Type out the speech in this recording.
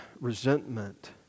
resentment